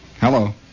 Hello